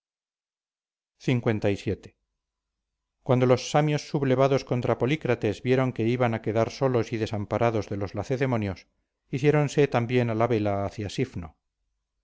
el asia lvii cuando los samios sublevados contra polícrates vieron que iban a quedar solos y desamparados de los lacedemonios hiciéronse también a la vela hacia sifno